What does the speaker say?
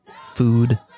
food